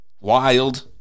wild